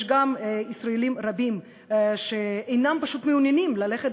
יש גם ישראלים רבים שפשוט אינם מעוניינים ללכת